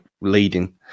leading